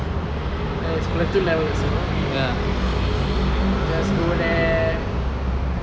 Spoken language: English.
and is platoon level also just go there